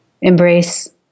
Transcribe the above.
embrace